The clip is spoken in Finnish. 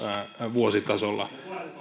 vuositasolla